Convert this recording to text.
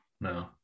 no